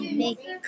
make